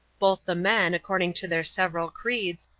both the men, according to their several creeds,